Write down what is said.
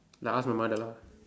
then ask my mother lah